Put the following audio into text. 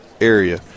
area